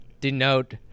denote